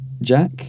jack